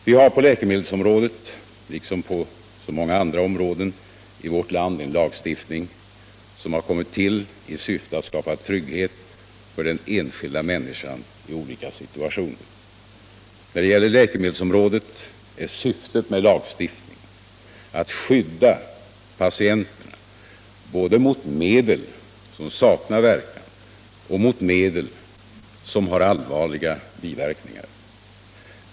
Vi har på läkemedelsområdet liksom på så många andra områden i vårt land en lagstiftning som har kommit till i syfte att skapa trygghet för den enskilda människan i olika situationer. När det gäller läkemedelsområdet är syftet med lagstiftningen att skydda patienterna både mot medel som saknar verkan och mot medel som har allvarliga biverkningar.